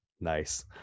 Nice